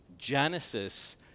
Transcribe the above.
Genesis